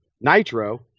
Nitro